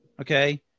Okay